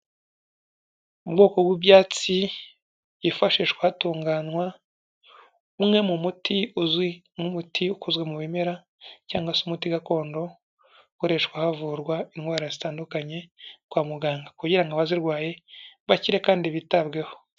Ubwoko bw'ibyatsi bwifashishwa hatunganwa umwe mu muti uzwi nk'ubutikozwe mu bimera, cyangwa se umuti gakondo, ukoreshwa havurwa indwara zitandukanye kwa muganga. Kugira ngo abazirwaye bakire kandi bitabweho.